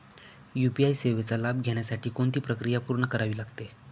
UPI सेवेचा लाभ घेण्यासाठी कोणती प्रक्रिया पूर्ण करावी लागते?